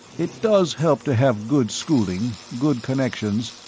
it does help to have good schooling, good connections,